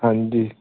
ਹਾਂਜੀ